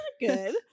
good